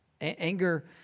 Anger